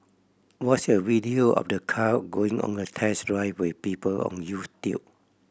watch a video of the car going on a test drive with people on YouTube